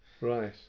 right